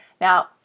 Now